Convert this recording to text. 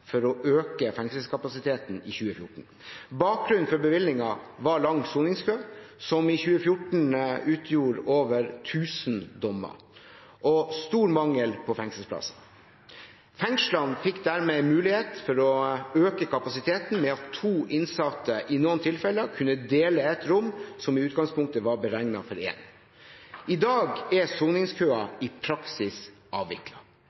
for å øke fengselskapasiteten i 2014. Bakgrunnen for bevilgningen var lang soningskø, som i 2014 utgjorde over 1 000 dommer, og stor mangel på fengselsplasser. Fengslene fikk dermed mulighet til å øke kapasiteten ved at to innsatte i noen tilfeller kunne dele et rom som i utgangspunktet var beregnet for én. I dag er soningskøen